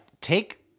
Take